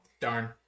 Darn